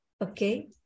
Okay